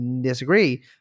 disagree